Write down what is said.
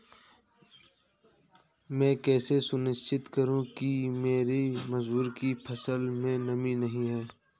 मैं कैसे सुनिश्चित करूँ कि मेरी मसूर की फसल में नमी नहीं है?